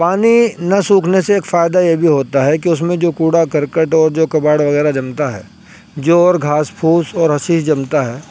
پانی نہ سوکھنے سے ایک فائدہ یہ بھی ہوتا ہے کہ اس میں جو کوڑا کرکٹ اور جو کباڑ وغیرہ جمتا ہے جو اور گھاس پھوس اور حشیش جمتا ہے